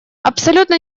абсолютно